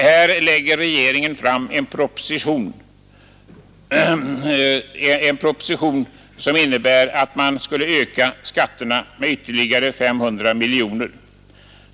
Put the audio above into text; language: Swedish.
Här lägger regeringen fram en proposition som innebär en skatteökning med ytterligare 500 miljoner.